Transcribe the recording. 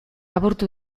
apurtu